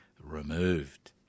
removed